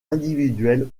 individuel